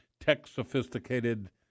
tech-sophisticated